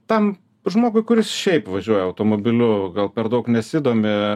tam žmogui kuris šiaip važiuoja automobiliu gal per daug nesidomi